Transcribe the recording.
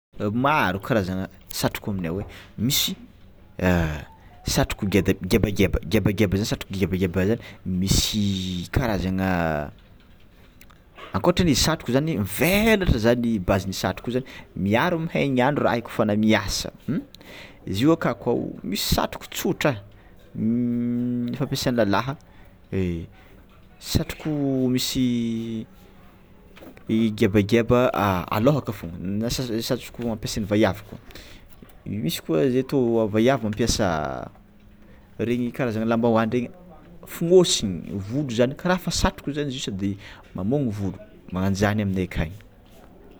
Maro karazagna satroko aminay o misy satroko geda- gebageba gebageba, satroka gebageba zany misy karazagna ankoatran'izy satroko zany mivelatra zany basen'io satroko io zany miaro amin'ny haign'andro raha io kôfa anao miasa zio ka koa misy satroko tsotra ny fampiasana laha satroko misy gebageba alohaka fôgna na satroko ampisan'ny vaiavy koa, misy koa zay tô vaiavy mampiasa regny karazagna lambahoany regny fôgnosiny volo zany kara fa satroko zany zio no mamogno volo magnanjany aminay akagny.